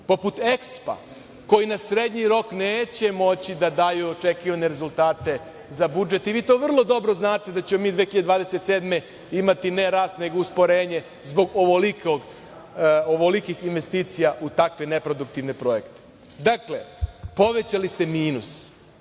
poput EKSPO, koji na srednji rok neće moći da daju očekivane rezultate za budžet i vi to vrlo dobro znate da ćemo mi 2027. godine imati ne rast nego usporenje zbog ovolikih investicija u takve neproduktivne projekte. Dakle, povećali ste minus.